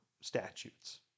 statutes